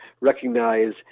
recognize